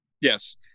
Yes